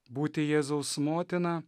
būti jėzaus motina